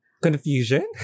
confusion